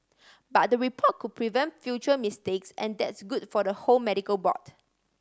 but the report could prevent future mistakes and that's good for the whole medical board